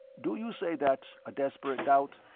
do you say that, a desperate doubt?